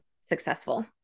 successful